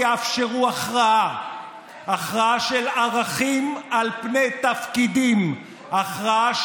השאלות המרכזיות יהיו מעמדה של